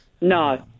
No